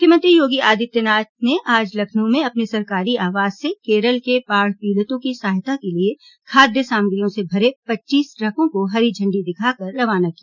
मुख्यमंत्री योगी आदित्यनाथ ने आज लखनऊ में अपने सरकारी आवास से केरल के बाढ़पीड़ितों को सहायता के लिए खाद्य सामग्रियों से भरे पच्चीस ट्रकों को हरी झंडी दिखाकर रवाना किया